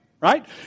right